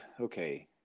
okay